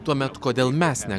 tuomet kodėl mes ne